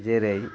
जेरै